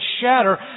shatter